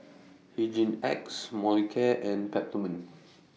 Hygin X Molicare and Peptamen